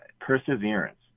perseverance